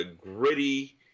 gritty